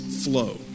flow